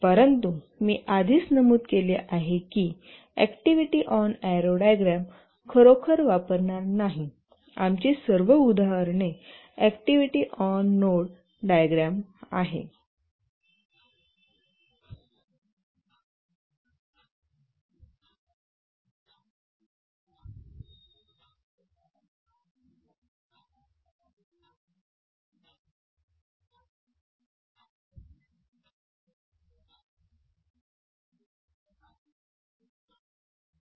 परंतु मी आधीच नमूद केले आहे की ऍक्टिव्हिटी ऑन एरो डायग्राम खरोखर वापरणार नाही आमची सर्व उदाहरणे ऍक्टिव्हिटी ऑन नोड डायग्राम आहे